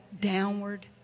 downward